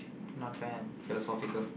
not bad philosophical